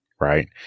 right